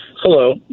Hello